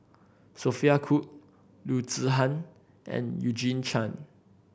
Sophia Cooke Loo Zihan and Eugene Chen